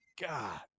God